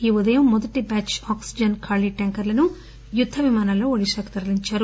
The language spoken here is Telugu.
ఈ ఉదయం మొదటి బ్యాచ్ ఆక్సిజన్ ఖాళీ ట్యాంకర్లను యొద్ద విమానాలలో ఓడిషకు తరలించారు